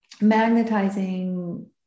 magnetizing